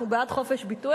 אנחנו הרי בעד חופש ביטוי,